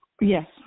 Yes